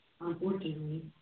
Unfortunately